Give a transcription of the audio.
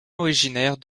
originaire